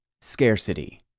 Scarcity